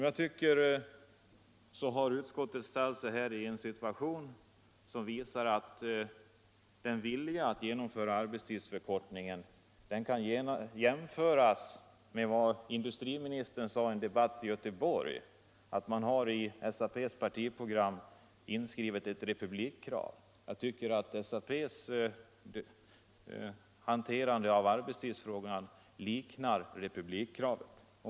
Jag tycker att utskottet här har försatt sig i en situation som visar att dess vilja att genomföra arbetstidsförkortningen kan jämföras med industriministerns uttalande i en debatt i Göteborg om att man i SAP:s program har ett republikkrav inskrivet. Jag tycker att SAP:s hanterande av arbetstidsfrågan liknar dess hanterande av republikkravet.